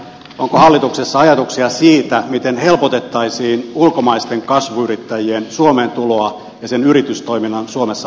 onko hallituksessa ajatuksia siitä miten helpotettaisiin ulkomaisten kasvuyrittäjien suomeen tuloa ja sen yritystoiminnan suomessa aloittamista